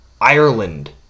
Ireland